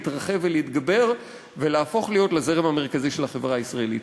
להתרחב ולהתגבר ולהפוך להיות לזרם המרכזי של החברה הישראלית.